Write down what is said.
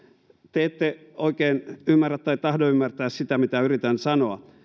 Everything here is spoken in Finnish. te ette oikein ymmärrä tai tahdo ymmärtää sitä mitä yritän sanoa